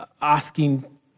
asking